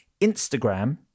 instagram